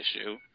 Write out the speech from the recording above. issue